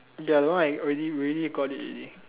ya the one I really really got it already